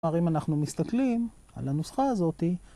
‫כלומר, אם אנחנו מסתכלים ‫על הנוסחה הזאת...